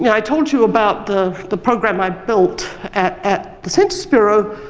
yeah i told you about the the program i built at at the census bureau,